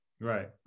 Right